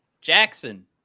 Jackson